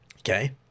Okay